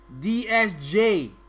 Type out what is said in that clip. DSJ